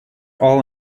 all